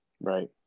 Right